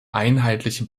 einheitliche